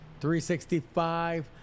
365